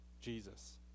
Jesus